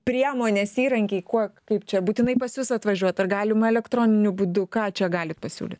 priemonės įrankiai kuo kaip čia būtinai pas jus atvažiuot ar galima elektroniniu būdu ką čia galit pasiūlyt